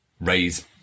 raise